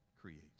create